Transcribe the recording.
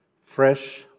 fresh